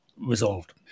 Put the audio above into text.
resolved